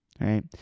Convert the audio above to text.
right